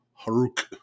Haruk